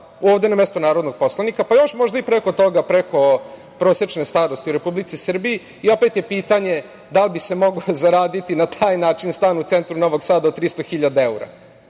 života na mestu narodnog poslanika, pa još možda i preko toga, preko prosečne starosti u Republici Srbiji, i opet je pitanje da li bi se moglo zaraditi na taj način stan u centru Novog Sada od 300 hiljada